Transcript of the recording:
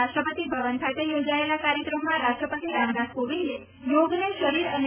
રાષ્ટ્રપતિ ભવન ખાતે યોજાયેલા કાર્યક્રમમાં રાષ્ટ્રપતિ રામનાથ કોવિંદે યોગને શરીર અને મનના સંતુલન તા